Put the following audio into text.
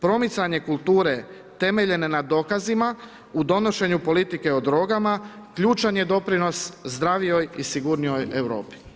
Promicanje kulture temeljene na dokazima, u donošenju politike o drogama ključan je doprinos zdravijoj i sigurnijoj Europi.